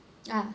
uh